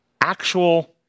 actual